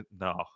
no